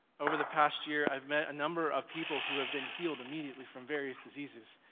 over the past year, i've met a number of people who have been healed immediately from various diseases,